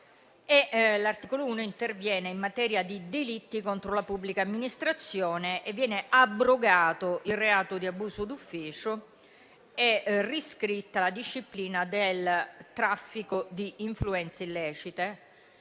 l'articolo 1 interviene in materia di delitti contro la pubblica amministrazione; viene abrogato il reato di abuso d'ufficio e viene riscritta la disciplina del traffico di influenze illecite.